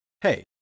Hey